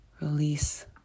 release